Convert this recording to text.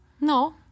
No